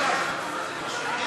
המינימום במשק),